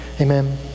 Amen